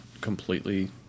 completely